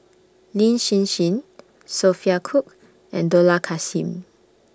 Lin Hsin Hsin Sophia Cooke and Dollah Kassim